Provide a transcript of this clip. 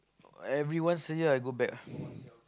everyone still here I go back